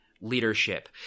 leadership